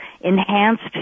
enhanced